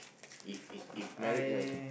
if is if married right